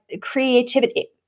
creativity